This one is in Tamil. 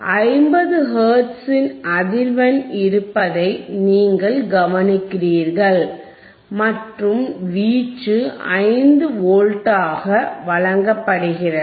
50 ஹெர்ட்ஸின் அதிர்வெண் இருப்பதை நீங்கள் கவனிக்கிறீர்கள் மற்றும் வீச்சு 5 வோல்ட்டுகளாக வழங்கப்படுகிறது